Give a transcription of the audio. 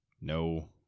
No